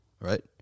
right